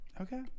okay